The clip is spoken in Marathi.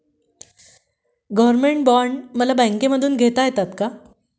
गव्हर्नमेंट बॉण्ड मला बँकेमधून घेता येतात का?